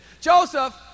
Joseph